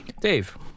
Dave